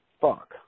fuck